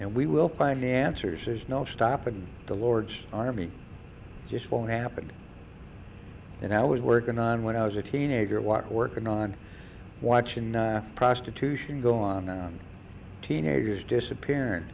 and we will find the answers there's no stopping the lord's army just won't happen and i was working on when i was a teenager was working on watching prostitution go on teenagers disappear and